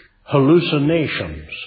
hallucinations